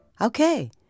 Okay